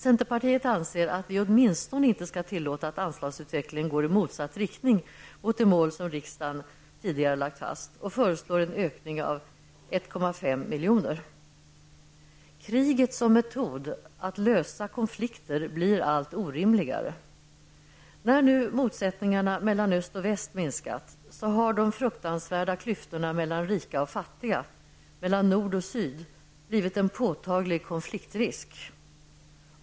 Centerpartiet anser att vi åtminstone inte skall tillåta att anslagsutvecklingen går i motsatt riktning mot det mål som riksdagen tidigare lagt fast och föreslår en ökning med 1,5 miljoner. Kriget som metod att lösa konflikter blir allt orimligare. När motsättningarna mellan öst och väst nu minskat har de fruktansvärda klyftorna mellan rika och fattiga, mellan nord och syd, blivit en påtaglig konfliktrisk.